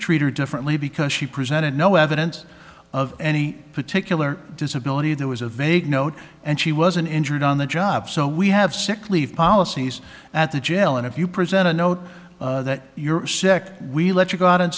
treat her differently because she presented no evidence of any particular disability there was a vague note and she wasn't injured on the job so we have sick leave policies at the jail and if you present a note that you're sick we'll let you go out